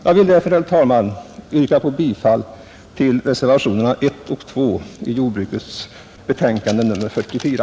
Jag yrkar därför, herr talman, bifall till reservationerna 1 och 2 vid jordbruksutskottets betänkande nr 44,